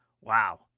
wow